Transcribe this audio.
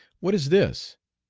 what is this?